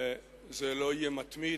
זה לא יהיה מתמיד,